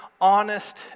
honest